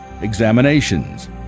examinations